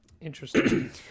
Interesting